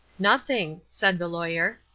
nothing, said the lawyer.